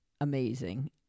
amazing